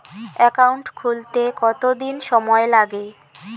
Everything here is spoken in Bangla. একাউন্ট খুলতে কতদিন সময় লাগে?